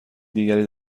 دیگری